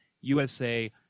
USA